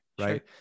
right